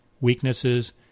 weaknesses